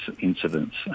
incidents